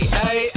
hey